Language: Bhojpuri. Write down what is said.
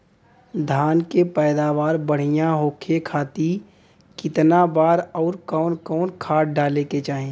धान के पैदावार बढ़िया होखे खाती कितना बार अउर कवन कवन खाद डाले के चाही?